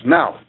Now